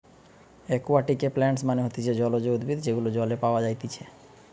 একুয়াটিকে প্লান্টস মানে হতিছে জলজ উদ্ভিদ যেগুলো জলে পাওয়া যাইতেছে